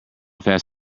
fast